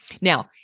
Now